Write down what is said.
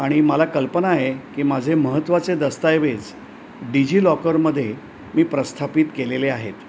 आणि मला कल्पना आहे की माझे महत्त्वाचे दस्तऐवज डी जी लॉकरमध्ये मी प्रस्थापित केलेले आहेत